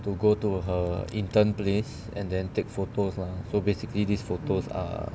to go to her intern place and then take photos lah so basically these photos are